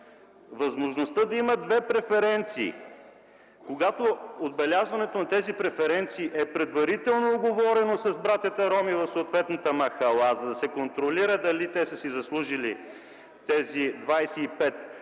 възможността да има две преференции. Когато отбелязването на тези преференции е предварително уговорено с братята роми от съответната махала, да се контролира дали те са заслужили тези плюс 25 лв.,